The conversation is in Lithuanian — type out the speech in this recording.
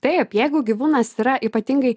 taip jeigu gyvūnas yra ypatingai